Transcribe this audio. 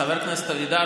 חבר הכנסת אבידר,